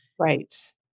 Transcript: Right